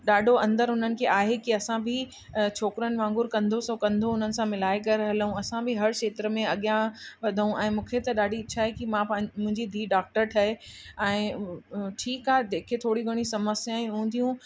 ॾाढो अंदरि हुननि खे आहे की असां बि छोकिरियुनि वाङुर कंधो सां कंधो उन्हनि सां मिलाए करे हलूं असां बि हर खेत्र में अॻियां वधूं ऐं मूंखे त ॾाढी इच्छा आहे की मुंहिंजी धीउ डॉक्टर ठहे ऐं ठीकु आहे जेके थोरी घणियूं समस्याए हूंदियूं